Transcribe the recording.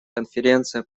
конференция